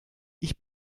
ich